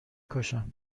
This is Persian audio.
کشم